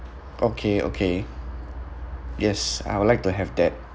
okay okay yes I would like to have that